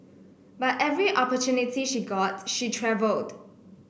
but every opportunity she got she travelled